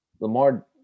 Lamar